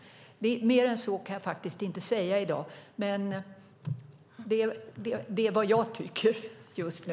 Mer än så kan jag faktiskt inte säga i dag, men det är vad jag tycker just nu.